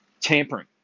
tampering